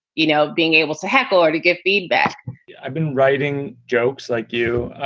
you know, being able to heckle or to give feedback i've been writing jokes like you.